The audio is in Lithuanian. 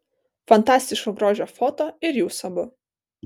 fantastiško grožio foto ir jūs abu